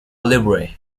libre